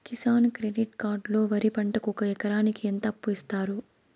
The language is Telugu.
కిసాన్ క్రెడిట్ కార్డు లో వరి పంటకి ఒక ఎకరాకి ఎంత అప్పు ఇస్తారు?